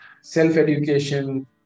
self-education